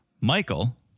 Michael